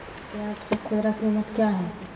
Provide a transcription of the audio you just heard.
प्याज के खुदरा कीमत क्या है?